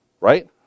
right